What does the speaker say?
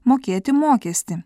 mokėti mokestį